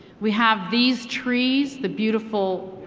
we have these trees, the beautiful